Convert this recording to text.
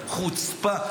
חוצפה.